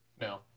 no